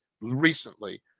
recently